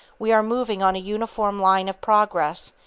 we are moving on a uniform line of progress,